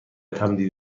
تمدید